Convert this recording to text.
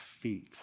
feet